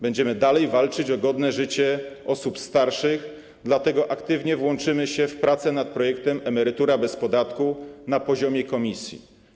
Będziemy dalej walczyć o godne życie osób starszych, dlatego aktywnie włączymy się w prace nad projektem Emerytura bez podatku na poziomie komisji.